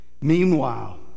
Meanwhile